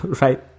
right